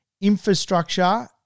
infrastructure